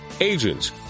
agents